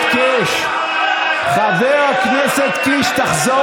קיש, תחזור